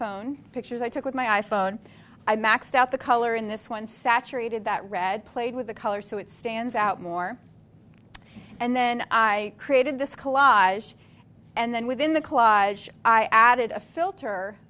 phone pictures i took with my i phone i maxed out the color in this one saturated that red played with the color so it stands out more and then i created this collage and then within the collage i added a filter